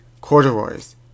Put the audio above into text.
corduroys